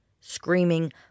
Screaming